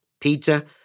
Peter